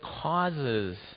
causes